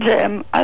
Jim